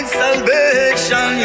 salvation